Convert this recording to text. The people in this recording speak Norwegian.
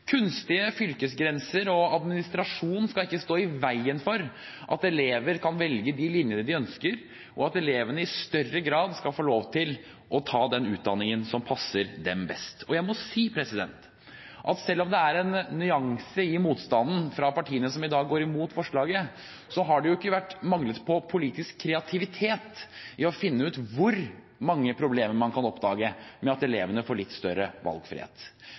Kunstige fylkesgrenser og administrasjon skal ikke stå i veien for at elever kan velge de linjene de ønsker, og at elevene i større grad skal få lov til å ta den utdanningen som passer dem best. Jeg må si at selv om det er en nyanse i motstanden fra partiene som i dag går imot forslaget, har det ikke vært mangel på politisk kreativitet i forbindelse med å finne ut hvor mange problemer man kan oppdage med at elevene får litt større valgfrihet.